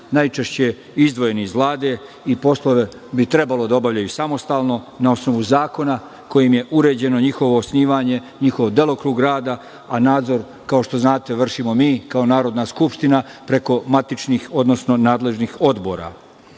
najčešće izdvojeni iz Vlade i poslove bi trebalo da obavljaju samostalno, na osnovu zakona kojim je uređeno njihovo osnivanje, njihov delokrug rada, a nadzor, kao što znate, vršimo mi kao Narodna skupština preko matičnih, odnosno nadležnih odbora. Hteo